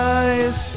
eyes